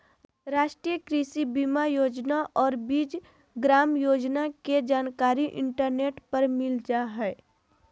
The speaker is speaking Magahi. राष्ट्रीय कृषि बीमा योजना और बीज ग्राम योजना के जानकारी इंटरनेट पर मिल जा हइ